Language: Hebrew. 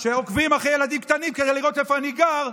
שעוקבים אחרי ילדים קטנים כדי לראות איפה אני גר,